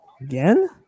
Again